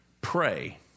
pray